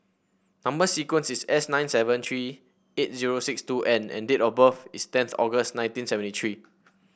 number sequence is S nine seven three eight zero six two N and date of birth is tenth August nineteen seventy three